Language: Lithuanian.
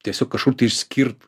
tiesiog kažkur išskirt